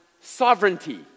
sovereignty